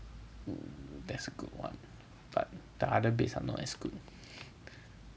that's a good one but the other beds are not as good